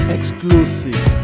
Exclusive